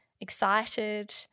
excited